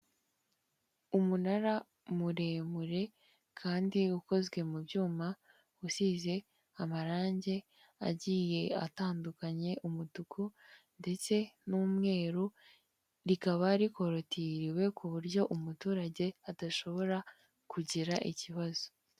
Umunara muremure kandi ukozwe mu byuma, usize amarangi agiye atandukanyekanya umutuku ndetse n'umweru rikaba rikorotiriwe ku buryo umuturage adashobora kugira ikibazo.